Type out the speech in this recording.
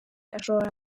ashobora